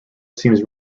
seems